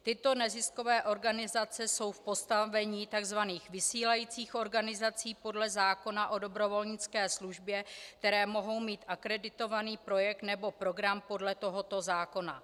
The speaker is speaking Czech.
Tyto neziskové organizace jsou v postavení tzv. vysílajících organizací podle zákona o dobrovolnické službě, které mohou mít akreditovaný projev nebo program podle tohoto zákona.